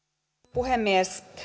puhemies